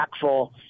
impactful